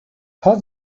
how